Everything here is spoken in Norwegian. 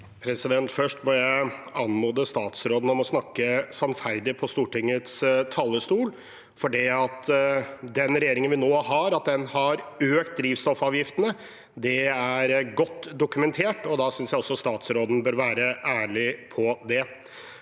Først må jeg an- mode statsråden om å snakke sannferdig på Stortingets talerstol, for at den regjeringen vi har nå, har økt drivstoffavgiftene, er godt dokumentert, og da synes jeg også statsråden bør være ærlig på det.